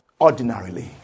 ordinarily